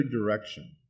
direction